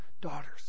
daughters